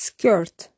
Skirt